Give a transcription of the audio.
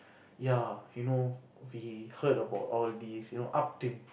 ya you know we heard about all this up to